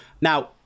Now